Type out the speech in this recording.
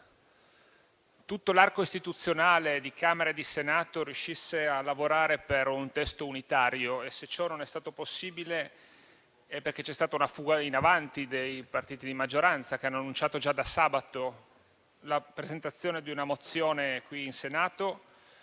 tutto l'arco costituzionale di Camera e Senato riuscisse a lavorare per un testo unitario. E se ciò non è stato possibile, è perché c'è stata una fuga in avanti dei partiti di maggioranza, che hanno annunciato già da sabato la presentazione di una mozione qui in Senato,